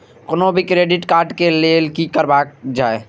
कोनो भी credit card लिए के लेल की करल जाय?